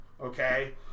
okay